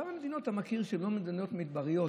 כמה מדינות אתה מכיר שהן לא מדינות מדבריות,